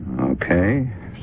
Okay